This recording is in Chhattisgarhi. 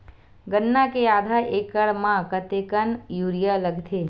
गन्ना के आधा एकड़ म कतेकन यूरिया लगथे?